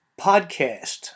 podcast